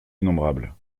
innombrables